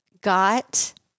got